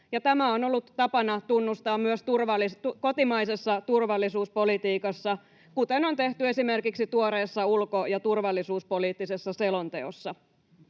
tämä on ollut tapana tunnustaa myös kotimaisessa turvallisuuspolitiikassa, kuten on tehty esimerkiksi tuoreessa ulko- ja turvallisuuspoliittisessa selonteossa.